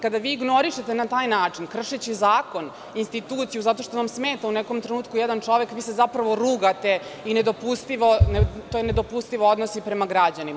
Kada vi ignorišete na taj način, kršeći zakon, instituciju zato što vam smeta u nekom trenutku jedan čovek, vi se zapravo rugate i to je nedopustiv odnos i prema građanima.